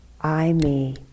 I-me